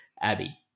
Abby